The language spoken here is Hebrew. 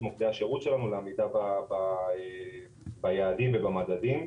מוקדי השירות שלנו לעמידה ביעדים ובמדדים.